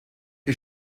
ihr